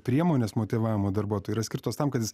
priemonės motyvavimo darbuotojų yra skirtos tam kad jis